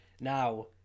Now